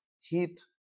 heat